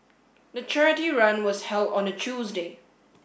the charity run was held on a Tuesday